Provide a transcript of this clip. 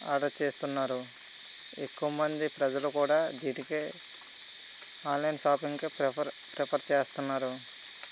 order చేస్తున్నారు ఎక్కువమంది ప్రజలు కూడా వీటికి ఆన్లైన్ షాపింగ్కి ప్రిపర్ ప్రిఫర్ చేస్తున్నారు